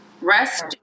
Rest